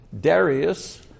Darius